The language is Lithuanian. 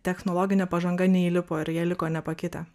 technologinė pažanga neįlipo ir jie liko nepakitę